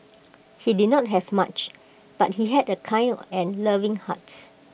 he did not have much but he had A kind and loving hearts